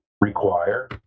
require